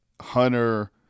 hunter